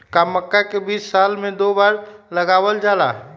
का मक्का के बीज साल में दो बार लगावल जला?